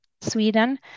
Sweden